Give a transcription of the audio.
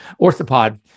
orthopod